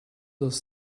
does